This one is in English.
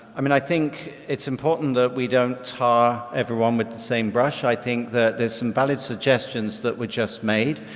i mean i think it's important that we don't tar everyone with the same brush. i think that there's some valid suggestions that were just made.